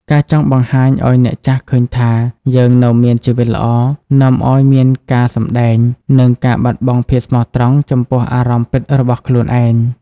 ការចង់បង្ហាញឱ្យអ្នកចាស់ឃើញថា "យើងនៅមានជីវិតល្អ" នាំឱ្យមានការសម្តែង និងការបាត់បង់ភាពស្មោះត្រង់ចំពោះអារម្មណ៍ពិតរបស់ខ្លួនឯង។